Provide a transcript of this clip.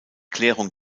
klärung